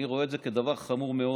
אני רואה את זה כדבר חמור מאוד.